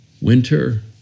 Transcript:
Winter